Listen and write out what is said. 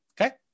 Okay